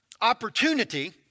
opportunity